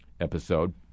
episode